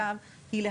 שוב,